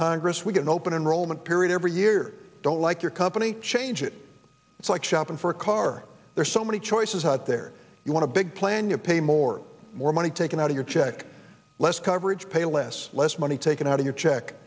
congress we can open enrollment period every year don't like your company change it it's like shopping for a car there's so many choices out there you want to big plan you pay more more money taken out of your check less coverage pay less less money taken out of your check